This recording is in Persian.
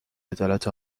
عدالت